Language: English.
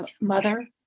mother